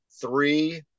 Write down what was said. three